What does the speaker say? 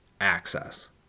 access